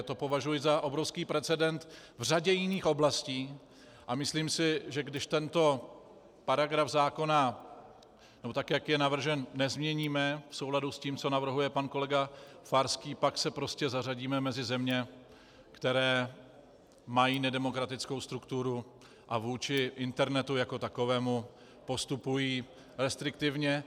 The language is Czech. To považuji za obrovský precedent v řadě jiných oblastí a myslím si, že když tento paragraf zákona, nebo tak, jak je navržen, nezměníme v souladu s tím, co navrhuje pan kolega Farský, pak se prostě zařadíme mezi země, které mají nedemokratickou strukturu a vůči internetu jako takovému postupují restriktivně.